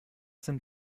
sind